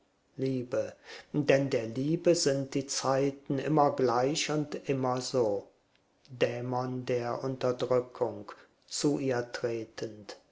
liebe denn der liebe sind die zeiten immer gleich und immer so dämon der unterdrückung zu ihr tretend